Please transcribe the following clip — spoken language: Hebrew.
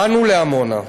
באנו לעמונה,